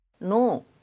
No